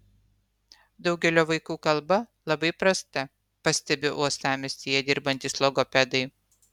daugelio vaikų kalba labai prasta pastebi uostamiestyje dirbantys logopedai